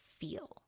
feel